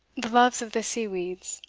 the loves of the sea-weeds.